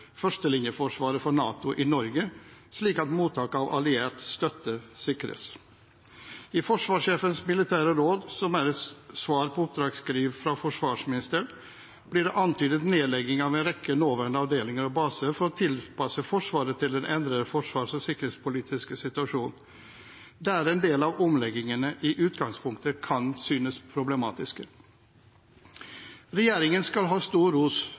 førstelinjeforsvaret for NATO i Norge slik at mottak av alliert støtte sikres. I Forsvarssjefenes fagmilitære råd, som er et svar på oppdragsskriv fra forsvarsministeren, blir det antydet nedlegging av en rekke nåværende avdelinger og baser for å tilpasse Forsvaret til den endrede forsvars- og sikkerhetspolitiske situasjonen, der en del av omleggingene i utgangspunktet kan synes problematiske. Regjeringen skal ha stor ros